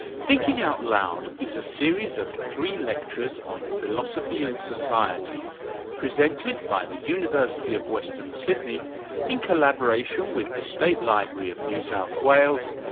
thinking out loud is a series of three lectures on philosophy and society presented by the university of western sydney in collaboration with the state library of new south wales,